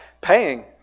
paying